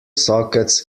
sockets